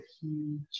huge